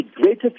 greater